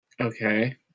Okay